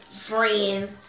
friends